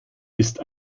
ist